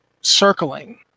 circling